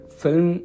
film